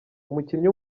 umukinnyi